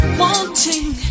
wanting